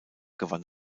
gewann